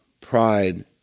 pride